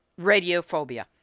radiophobia